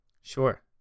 Sure